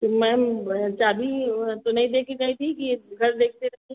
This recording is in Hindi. तो मैम चाबी तो नहीं देकर गई थीं कि ये घर देखते देखते